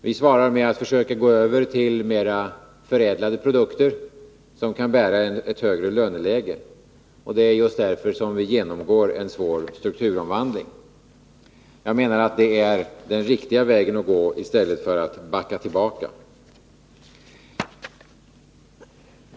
Vi svarar med att försöka gå över till mera förädlade produkter, som kan bära ett högre löneläge, och det är just därför vi genomgår en svår strukturomvandling. Jag anser att det är den riktiga vägen att gå, i stället för att backa tillbaka.